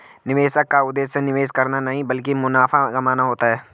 निवेशक का उद्देश्य निवेश करना नहीं ब्लकि मुनाफा कमाना होता है